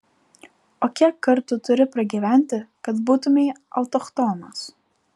o kiek kartų turi pragyventi kad būtumei autochtonas